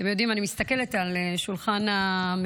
אתם יודעים, אני מסתכלת על שולחן הממשלה.